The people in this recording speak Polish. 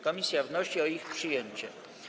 Komisja wnosi o ich przyjęcie.